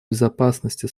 безопасности